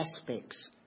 aspects